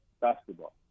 basketball